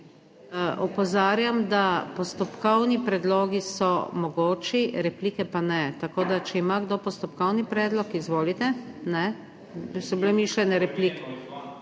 Opozarjam, da postopkovni predlogi so mogoči, replike pa ne. Tako da če ima kdo postopkovni predlog, izvolite. Ne? So bile mišljene replike?